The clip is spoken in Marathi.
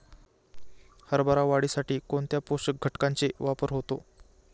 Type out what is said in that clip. हरभरा वाढीसाठी कोणत्या पोषक घटकांचे वापर होतो?